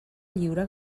lliure